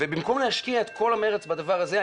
במקום להשקיע את כל המרץ בדבר הזה,